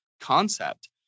concept